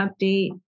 update